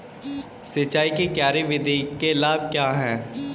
सिंचाई की क्यारी विधि के लाभ क्या हैं?